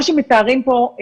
מה שמתארים פה,